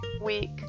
week